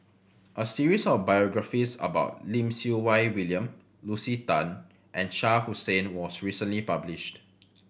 a series of biographies about Lim Siew Wai William Lucy Tan and Shah Hussain was recently published